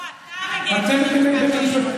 לא, אתה מגן בית המשפט העליון.